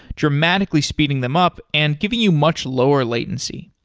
dramatically speeding them up and giving you much lower latency.